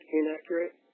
inaccurate